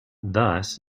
thus